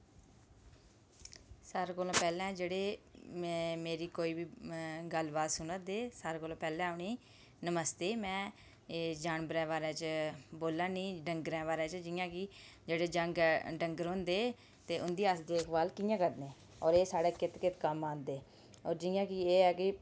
सारें कोला पैह्लें जेह्ड़े मेरी कोई बी गल्ल बात सुना दे सारें कोला पैह्लें उनेंगी नमस्ते में जानवरे दे बारै च बोला नी डंगरें दे बारै च जियां कि जेह्ड़े यंग डंगर होंदे होर अस इंदी देख भाल कियां करने होर एह् साढ़े कित्त कित्त कम्म औंदे होर जियां की एह् ऐ कि